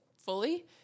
fully